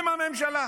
הם הממשלה?